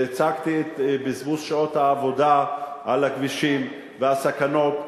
והצגתי את בזבוז שעות העבודה על הכבישים והסכנות,